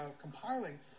compiling